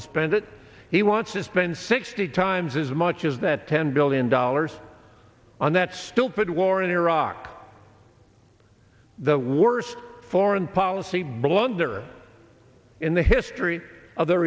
to spend it he wants to spend sixty times as much as that ten billion dollars and that still put war in iraq the worst foreign policy blunder in the history of the